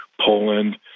Poland